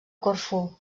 corfú